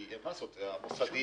אין מה לעשות כי המוסדיים,